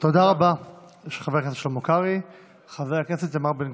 תודה רבה, חבר הכנסת שלמה קרעי.